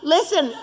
Listen